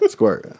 Squirt